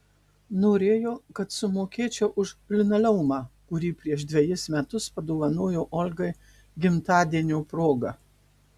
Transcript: norėjo kad sumokėčiau už linoleumą kurį prieš dvejus metus padovanojo olgai gimtadienio proga